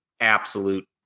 absolute